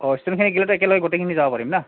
অঁ একেলগে গোটেইখিনি যাব পাৰিম ন